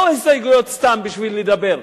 לא הסתייגויות סתם בשביל לדבר,